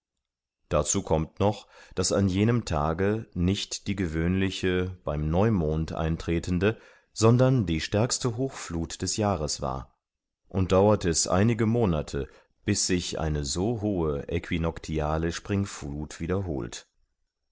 dazu kommt noch daß an jenem tage nicht die gewöhnliche beim neumond eintretende sondern die stärkste hochfluth des jahres war und dauert es einige monate bis sich eine so hohe äquinoctiale springfluth wiederholt